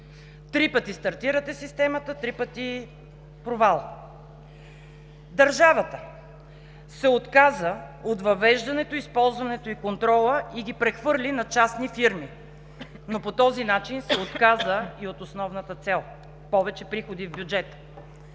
Три пъти стартирате системата, три пъти – провал! Държавата се отказа от въвеждането, използването и контрола и ги прехвърли на частни фирми, но по този начин се отказа и от основната цел – повече приходи в бюджета.